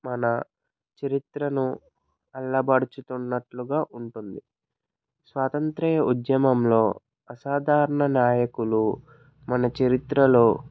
మన చరిత్రను చల్లబడుచుతున్నట్లుగా ఉంటుంది స్వతంత్రయ ఉద్యమంలో అసాధారణ న్యాయకులు మన చరిత్రలో